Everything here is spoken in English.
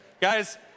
Guys